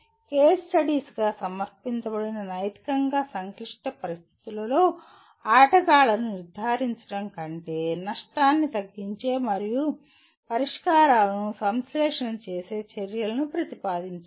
case స్టడీస్గా సమర్పించబడిన నైతికంగా సంక్లిష్ట పరిస్థితులలో ఆటగాళ్లను నిర్ధారించడం కంటే నష్టాన్ని తగ్గించే మరియు పరిష్కారాలను సంశ్లేషణ చేసే చర్యలను ప్రతిపాదించండి